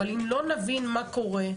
אבל אם לא נבין מה קורה,